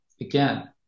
Again